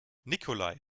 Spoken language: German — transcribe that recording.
nikolai